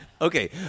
Okay